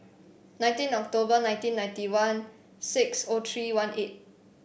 nineteen October nineteen ninety one six O three one eight